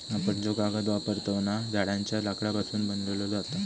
आपण जो कागद वापरतव ना, झाडांच्या लाकडापासून बनवलो जाता